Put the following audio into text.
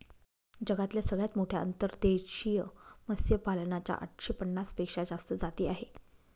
जगातल्या सगळ्यात मोठ्या अंतर्देशीय मत्स्यपालना च्या आठशे पन्नास पेक्षा जास्त जाती आहे